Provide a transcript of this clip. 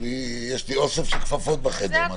יש לי אוסף של כפפות בחדר, נו,